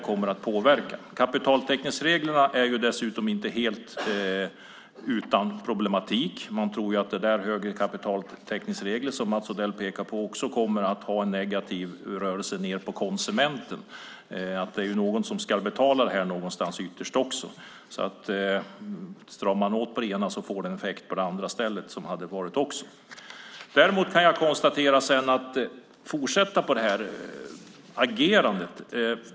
Kapitaltäckningsreglerna är dessutom inte helt utan problem. Man tror att de regler om större kapitaltäckning som Mats Odell pekar på kommer att ha en negativ effekt på konsumenten. Det är någon som ytterst ska betala det hela. Stramar man åt på det ena får det en effekt på det andra.